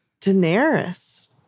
Daenerys